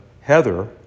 Heather